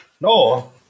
No